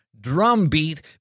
drumbeat